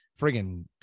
friggin